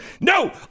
no